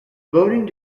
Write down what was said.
voting